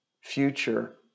future